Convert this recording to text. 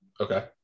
Okay